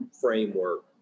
framework